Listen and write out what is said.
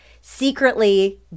secretly